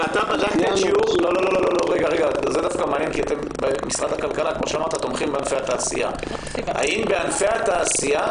זה דווקא מעניין כי אתם במשרד הכלכלה תומכים בענפי התעשייה.